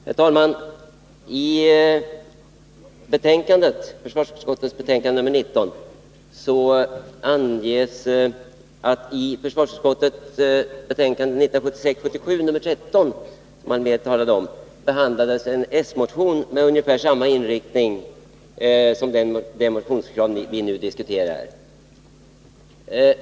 Herr talman! I försvarsutskottets betänkande 19 anges att försvarsutskottet i betänkande 1976/77:13 behandlade en socialdemokratisk motion med ungefär samma inriktning som det motionskrav vi nu diskuterar.